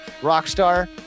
Rockstar